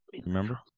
Remember